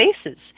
Spaces